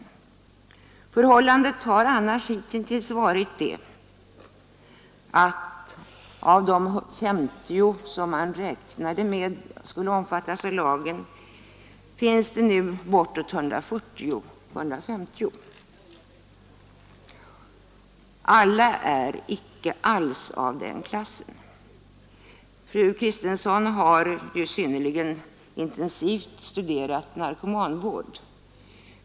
Beträffande antalet aktuella personer kan jag nämna att de 50 som man räknade med skulle omfattas av lagen nu har blivit mellan 140 och 150 men att alla inte alls tillhör den kategori som egentligen avses. Fru Kristensson har ju synnerligen intensivt studerat narkomanvård.